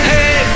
Hey